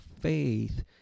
faith